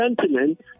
sentiment